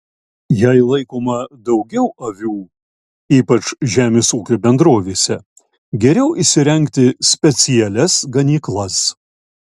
jei laikoma daugiau avių ypač žemės ūkio bendrovėse geriau įsirengti specialias ganyklas